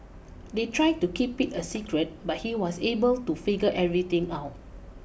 they tried to keep it a secret but he was able to figure everything out